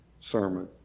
sermon